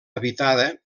habitada